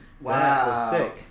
Wow